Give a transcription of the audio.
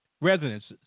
residences